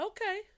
Okay